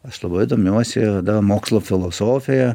aš labai domiuosi mokslo filosofija